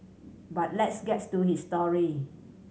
but let's gets to his story